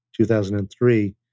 2003